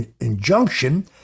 injunction